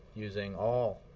using all